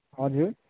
हजुर